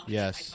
yes